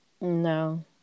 No